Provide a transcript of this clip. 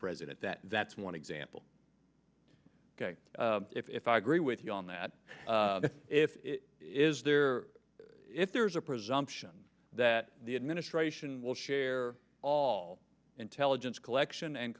president that that's one example if i agree with you on that if it is there if there's a presumption that the administration will share all intelligence collection and